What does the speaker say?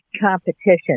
competition